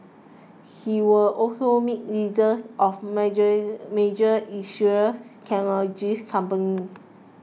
he will also meet leaders of major major Israeli technology companies